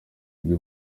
bw’u